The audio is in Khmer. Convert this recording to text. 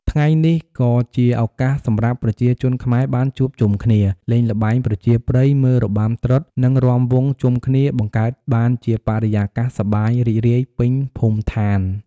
ង្ងៃនេះក៏ជាឱកាសសម្រាប់ប្រជាជនខ្មែរបានជួបជុំគ្នា លេងល្បែងប្រជាប្រិយ មើលរបាំត្រុដិ និងរាំវង់ជុំគ្នា បង្កើតបានជាបរិយាកាសសប្បាយរីករាយពេញភូមិឋាន។